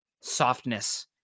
softness